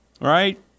right